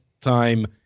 time